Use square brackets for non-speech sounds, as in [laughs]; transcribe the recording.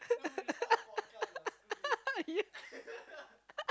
[laughs] yeah